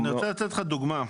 אני אתן לך דוגמה.